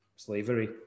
Slavery